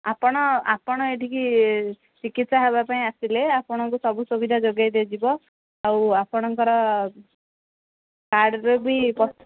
ଆପଣ ଆପଣ ଏଠିକି ଚିକିତ୍ସା ହେବା ପାଇଁ ଆସିଲେ ଆପଣଙ୍କୁ ସବୁ ସୁବିଧା ଯୋଗାଇ ଦିଆଯିବ ଆଉ ଆପଣଙ୍କର କାର୍ଡ଼୍ର ବି